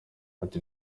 ati